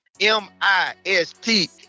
M-I-S-T